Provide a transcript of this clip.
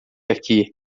aqui